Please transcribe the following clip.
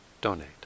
donate